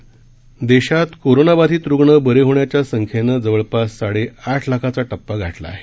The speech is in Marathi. देश कोरोना देशात कोरोनाबाधित रुग्ण बरे होण्याच्या संख्येनं जवळपास साडे आठ लाखांचा टप्पा गाठला आहे